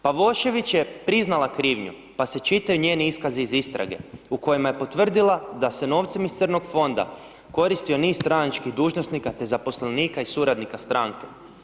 Pavošević je priznala krivnju pa se čitaju njezini iskazi iz istrage u kojima je potvrdila da se novcem iz crnog fonda koristio niz stranačkih dužnosnika, te zaposlenika i suradnika stranke.